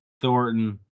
Thornton